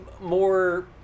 more